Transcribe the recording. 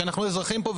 כי אנחנו אזרחים פה,